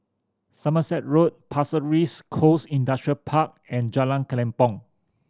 Somerset Road Pasir Ris Coast Industrial Park and Jalan Kelempong